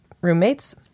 roommates